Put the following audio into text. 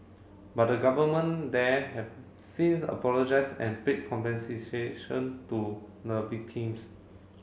but the government there have since apologised and paid compensation to the victims